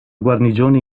guarnigione